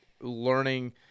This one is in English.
learning